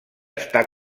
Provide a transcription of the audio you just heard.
està